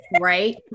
right